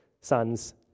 sons